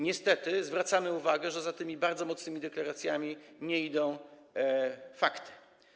Niestety, zwracamy uwagę, że za tymi bardzo mocnymi deklaracjami nie idą fakty.